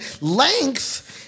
Length